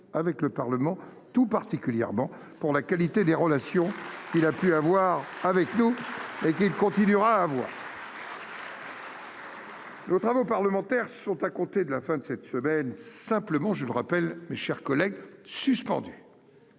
avec le Parlement, tout particulièrement pour la qualité des relations. Il a pu avoir avec nous et qu'il continuera. Nos travaux parlementaires sont à compter de la fin de cette semaine, simplement, je me rappelle mes chers collègues, suspendus.